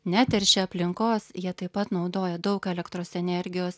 neteršia aplinkos jie taip pat naudoja daug elektros energijos